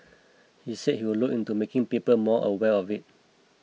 he said he would look into making people more aware of it